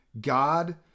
God